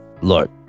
look